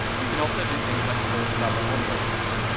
you can also do things like force sub on audio track,